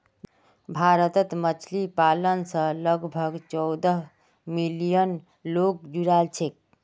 भारतत मछली पालन स लगभग चौदह मिलियन लोग जुड़ाल छेक